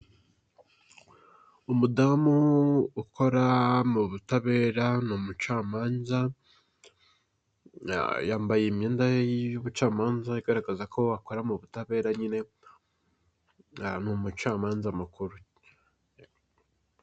Umudamu ukora m'ubutabera ni umucampanza yambaye imyenda ye y'ubucampanza igaragaza ko akora mu butabera nyine ni umucampanza mukuru.